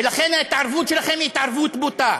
ולכן ההתערבות שלכם היא התערבות בוטה.